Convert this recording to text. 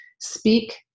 Speak